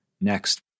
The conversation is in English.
next